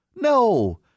no